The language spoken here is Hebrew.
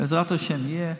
בעזרת השם, יהיה.